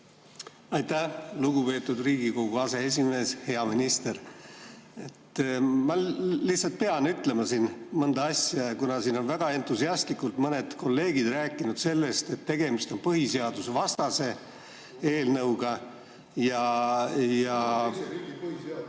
Aitäh, lugupeetud Riigikogu aseesimees! Hea minister! Ma lihtsalt pean ütlema siin mõnda asja, kuna siin on väga entusiastlikult mõned kolleegid rääkinud sellest, et tegemist on põhiseadusevastase eelnõuga ja